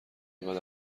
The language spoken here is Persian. انقد